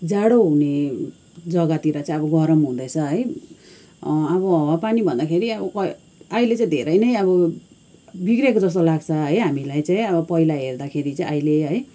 जाडो हुने जग्गातिर चाहिँ अब गरम हुँदैछ है अब हावापानी भन्दाखेरि अब अहिले चाहिँ धेरै नै अब बिग्रेको जस्तो लाग्छ है हामीलाई चाहिँ अब पहिला हेर्दाखेरि चाहिँ अहिले है